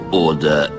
order